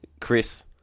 Chris